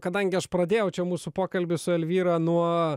kadangi aš pradėjau čia mūsų pokalbį su elvyra nuo